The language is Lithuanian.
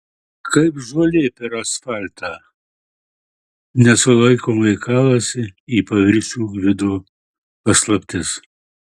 kaip žolė per asfaltą nesulaikomai kalasi į paviršių gvido paslaptis